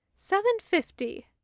Seven-fifty